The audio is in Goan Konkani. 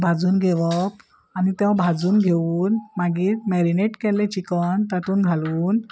भाजून घेवप आनी तो भाजून घेवन मागीर मॅरिनेट केल्ले चिकन तातून घालून